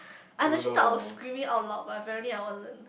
I legit thought I was screaming out loud but apparently I wasn't